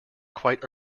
quite